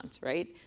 right